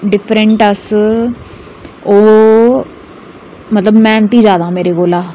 different अस ओह् मतलब मैह्नती जैदा मेरे कोला